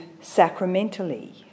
sacramentally